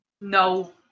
No